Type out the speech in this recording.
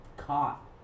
Caught